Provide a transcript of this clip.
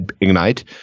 Ignite